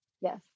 Yes